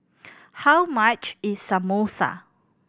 how much is Samosa